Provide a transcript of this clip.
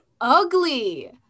ugly